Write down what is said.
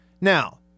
Now